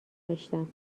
داشتم